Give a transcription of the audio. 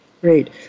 Great